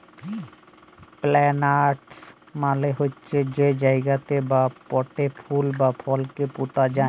planters মালে হছে যে জায়গাতে বা পটে ফুল বা ফলকে পুঁতা যায়